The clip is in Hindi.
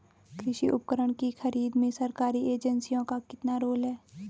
कृषि उपकरण की खरीद में सरकारी एजेंसियों का कितना रोल है?